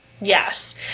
Yes